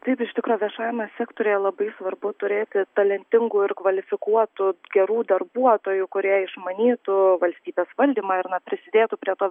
taip iš tikro viešajame sektoriuje labai svarbu turėti talentingų ir kvalifikuotų gerų darbuotojų kurie išmanytų valstybės valdymą ir na prisidėtų prie to